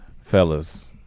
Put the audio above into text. Fellas